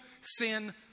sin